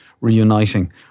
reuniting